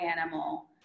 animal